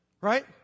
right